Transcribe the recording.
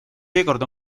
seekord